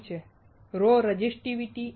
શું છે ρ રેઝિસ્ટિવિટી